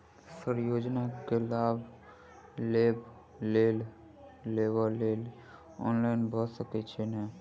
Sir योजना केँ लाभ लेबऽ लेल ऑनलाइन भऽ सकै छै नै?